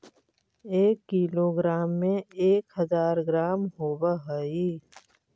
एक किलोग्राम में एक हज़ार ग्राम होव हई